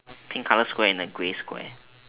pink colour square and a grey square